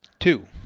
two.